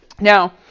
Now